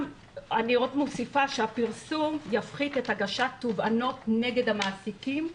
אני מוסיפה שהפרסום יפחית הגשת תובענות נגד המעסיקים.